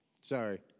Sorry